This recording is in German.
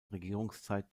regierungszeit